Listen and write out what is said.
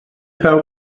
pawb